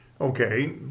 Okay